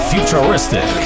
Futuristic